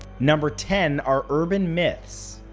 number ten are urban myths.